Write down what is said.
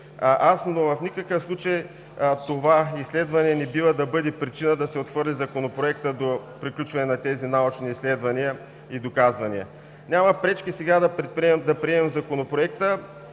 аз, но в никакъв случай това изследване не бива да бъде причина да се отхвърли Законопроектът до приключване на тези научни изследвания и доказвания. Няма пречки сега да приемем Законопроекта,